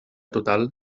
total